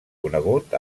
conegut